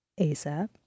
ASAP